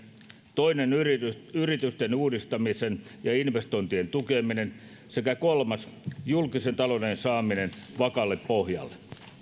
toinen yritysten yritysten uudistaminen ja investointien tukeminen sekä kolmas julkisen talouden saaminen vakaalle pohjalle